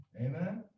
amen